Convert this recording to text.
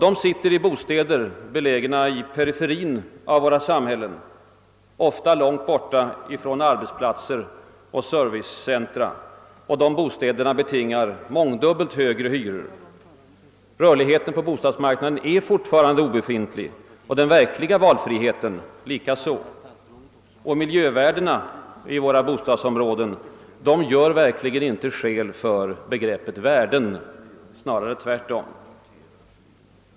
Den sitter i bostäder belägna i periferin av våra samhällen, ofta långt borta ifrån arbetsplatser och servicecentra och dessa bostäder betingar mångdubbelt högre hyror. Rörligheten på bostadsmarknaden är fortfarande obefintlig och den verkliga valfriheten likaså. Miljövärdena i våra bostadsområden gör verkligen inte skäl för beteckningen »värden», snarare tvärtom.